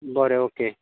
बरें ओके